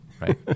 right